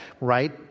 right